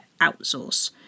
outsource